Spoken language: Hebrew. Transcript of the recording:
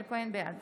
בעד